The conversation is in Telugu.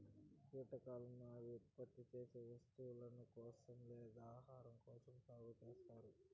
కీటకాలను అవి ఉత్పత్తి చేసే వస్తువుల కోసం లేదా ఆహారం కోసం సాగు చేత్తారు